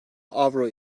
avro